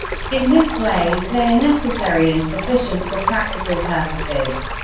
in this way, they are necessary and sufficient for practical purposes.